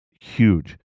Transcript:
Huge